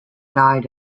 died